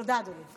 תודה, אדוני.